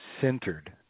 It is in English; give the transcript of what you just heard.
centered